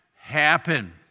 happen